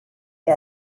que